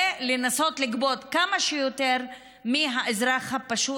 ולנסות לגבות כמה שיותר מהאזרח הפשוט